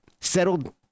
settled